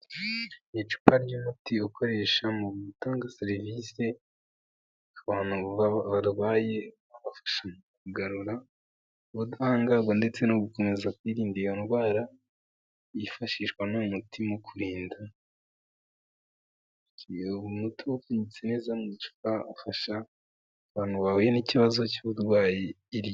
Ni icupa ry'umuti ukoresha mu gutanga serivisi abantu barwayegarura ubudahangarwa ndetse no gukomeza kwirinda iyo ndwara yifashishwa n' umutima kurindatu neza mu mucupa ufasha abantu bahuye n'ikibazo cy'uburwayiriya.